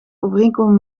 overeenkomen